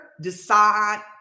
decide